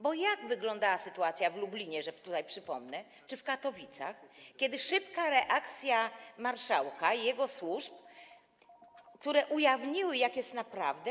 Bo jak wyglądała sytuacja w Lublinie, że przypomnę, czy w Katowicach, kiedy szybka reakcja marszałka i jego służb ujawniły, jak jest naprawdę?